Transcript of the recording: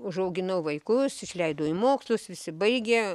užauginau vaikus išleidau į mokslus visi baigė